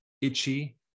itchy